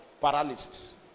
paralysis